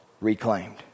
reclaimed